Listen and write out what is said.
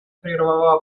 прервала